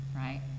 Right